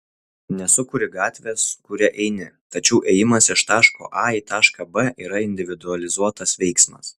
nesukuri gatvės kuria eini tačiau ėjimas iš taško a į tašką b yra individualizuotas veiksmas